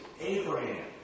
Abraham